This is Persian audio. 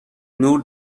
نور